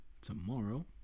Tomorrow